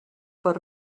per